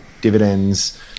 dividends